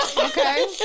Okay